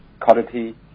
quality